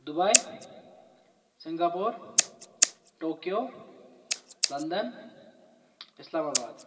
Dubai Singapore Tokyo London اسلام آباد